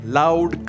loud